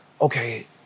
okay